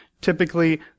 typically